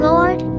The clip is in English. Lord